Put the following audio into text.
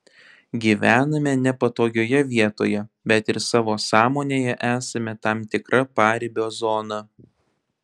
gyvename nepatogioje vietoje bet ir savo sąmonėje esame tam tikra paribio zona